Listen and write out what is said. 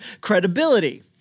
credibility